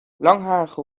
langharige